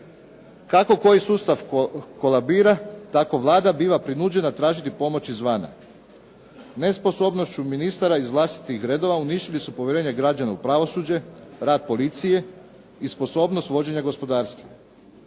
Kako koji sustav kolabira tako Vlada biva prinuđena tražiti pomoć izvana. Nesposobnošću ministara iz vlastitih redova uništili su povjerenje građana u pravosuđe, rad policije i sposobnost vođenja gospodarstvom.